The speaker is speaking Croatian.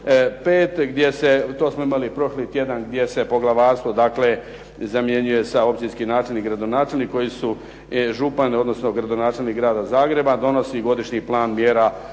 5. gdje se, to smo imali prošli tjedan, gdje se poglavarstvo dakle zamjenjuje sa općinski načelnik, gradonačelnik koji su župani odnosno gradonačelnik Grada Zagreba, donosi Godišnji plan mjera